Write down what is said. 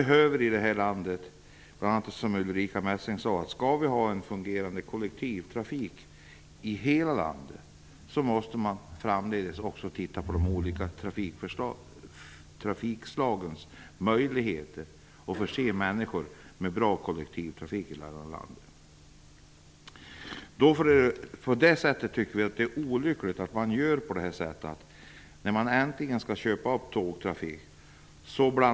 Skall vi ha en fungerande kollektivtrafik i hela landet, måste vi framdeles titta på de olika trafikslagens möjligheter att förse människor med bra kollektivtrafik, precis som Ulrica Messing sade. Därför tycker vi att det är olyckligt att man blandar ihop olika anslag när man äntligen skall köpa upp tågtrafik.